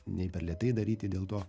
nei per lėtai daryti dėl to